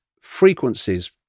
frequencies